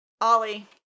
Ollie